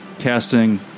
Casting